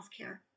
healthcare